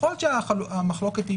יכול להיות שהמחלוקת היא